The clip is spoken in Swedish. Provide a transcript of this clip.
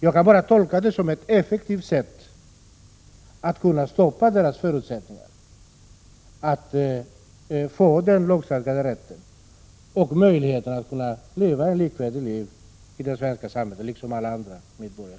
Jag kan bara tolka det som ett effektivt sätt att stoppa dem när det gäller deras lagstadgade rätt till svenskundervisning och deras möjligheter att leva på samma villkor som alla andra medborgare i det svenska samhället.